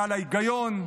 מעל ההיגיון.